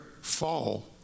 fall